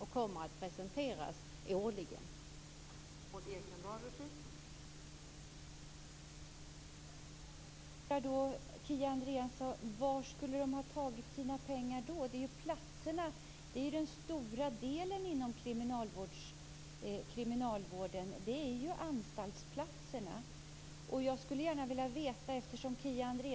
De kommer nu att presenteras årligen av kriminalvården.